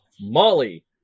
Molly